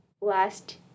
last